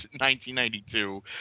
1992